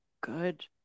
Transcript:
good